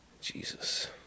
Jesus